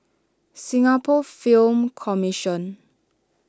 Singapore Film Commission